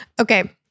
Okay